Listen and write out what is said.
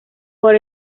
por